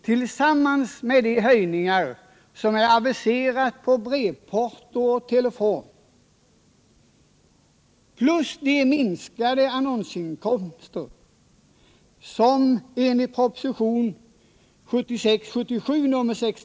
Den fådagarstidning som jag har det ekonomiska ansvaret för får nu 175 000 kr.